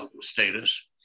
status